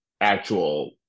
actual